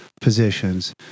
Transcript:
positions